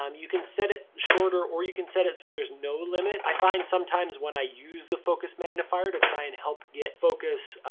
um you can set it shorter or you can set it so there's no limit. i find sometimes when i use the focus magnifier to try and help get focus,